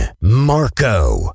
Marco